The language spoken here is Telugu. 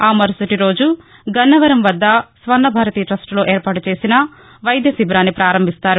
ఆ మరుసటిరోజు గన్నవరం వద్ద స్వర్ణ భారతి టస్ట్లో ఏర్పాటు చేసిన వైద్య శిబిరాన్ని పారంభిస్తారు